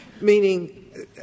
meaning